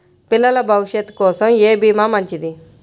పిల్లల భవిష్యత్ కోసం ఏ భీమా మంచిది?